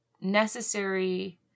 necessary